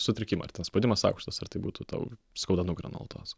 sutrikimą ar ten spaudimas aukštas ar tai būtų tau skauda nugarą nuolatos